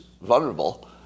vulnerable